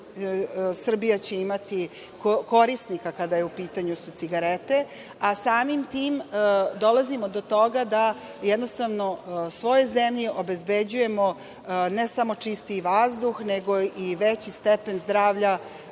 Srbija će imati korisnika, kada su u pitanju cigarete, a samim tim dolazimo do toga da jednostavno, svojoj zemlji obezbeđujemo, ne samo čistiji vazduh, nego i veći stepen zdravlja